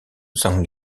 sang